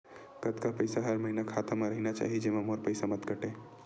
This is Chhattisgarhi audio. कतका पईसा हर महीना खाता मा रहिना चाही जेमा मोर पईसा मत काटे?